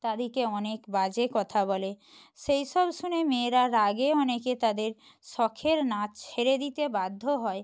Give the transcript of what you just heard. তাদেরকে অনেক বাজে কথা বলে সেই সব শুনে মেয়েরা রাগে অনেকে তাদের শখের নাচ ছেড়ে দিতে বাধ্য হয়